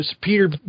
Peter